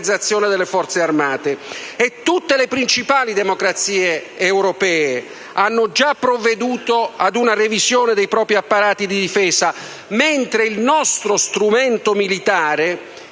delle Forze armate. Tutte le principali democrazie europee hanno già provveduto ad una revisione dei propri apparati di difesa, mentre il nostro strumento militare